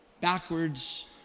backwards